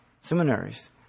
seminaries